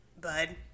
bud